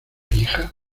pija